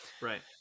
Right